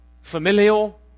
familial